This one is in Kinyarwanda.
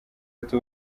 ati